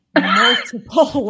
multiple